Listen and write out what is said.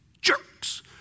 Jerks